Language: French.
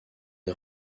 est